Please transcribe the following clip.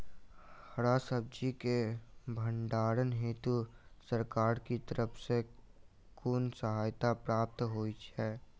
हरा सब्जी केँ भण्डारण हेतु सरकार की तरफ सँ कुन सहायता प्राप्त होइ छै?